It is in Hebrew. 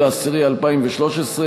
30 באוקטובר 2013,